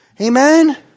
Amen